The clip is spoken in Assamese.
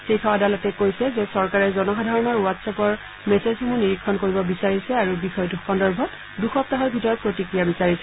শীৰ্ষ আদালতে কৈছে যে চৰকাৰে জনসাধাৰণৰ হোৱাটছএপৰ মেচেজসমূহ নিৰীক্ষণ কৰিব বিছাৰিছে আৰু বিষয়টো সন্দৰ্ভত দুসপ্তাহৰ ভিতৰত প্ৰতিক্ৰিয়া বিচাৰিছে